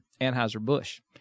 Anheuser-Busch